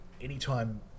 anytime